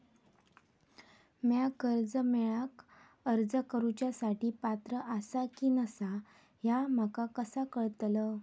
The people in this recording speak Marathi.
म्या कर्जा मेळाक अर्ज करुच्या साठी पात्र आसा की नसा ह्या माका कसा कळतल?